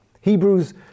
Hebrews